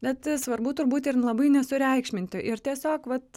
bet nesvarbu turbūt ir labai nesureikšminti ir tiesiog vat